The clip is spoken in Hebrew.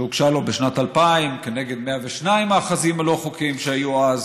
שהוגשה לו בשנת 2000 כנגד 102 המאחזים הלא-חוקיים שהיו אז,